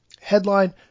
Headline